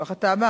כך אתה אמרת,